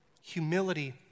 Humility